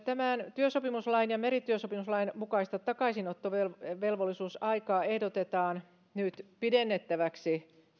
työsopimuslain ja merityösopimuslain mukaista takaisinottovelvollisuusaikaa ehdotetaan nyt pidennettäväksi